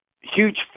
huge